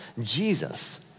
Jesus